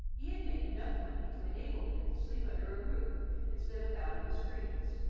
he had made enough money to enable him to sleep under a roof instead of out in the streets,